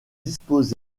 disposer